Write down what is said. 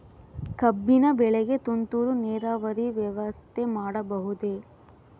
ಕಬ್ಬಿನ ಬೆಳೆಗೆ ತುಂತುರು ನೇರಾವರಿ ವ್ಯವಸ್ಥೆ ಮಾಡಬಹುದೇ?